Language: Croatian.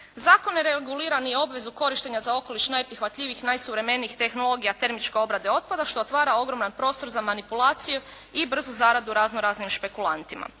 Zakon ne regulira ni obvezu korištenja za okoliš najprihvatljivijih, najsuvremenijih tehnologija termičke obrade otpada što otvara ogroman prostor za manipulaciju i brzu zaradu razno raznim špekulantima.